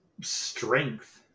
strength